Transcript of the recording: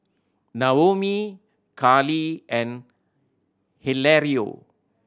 Naomi Carlee and Hilario